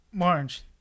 Orange